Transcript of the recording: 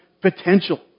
potential